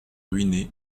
ruiné